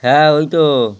হ্যাঁ ওই তো